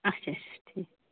اچھا اچھا ٹھیٖک